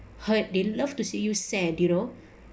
hurt they love to see you sad you know